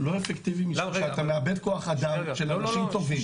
לא אפקטיבי משום שאתה מאבד כח אדם של אנשים טובים.